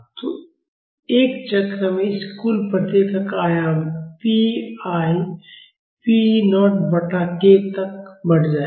तो एक चक्र में इस कुल प्रतिक्रिया का आयाम pi p0 बटा k तक बढ़ जाएगा